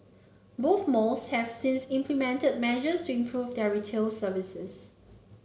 both malls have since implemented measures to improve their retail service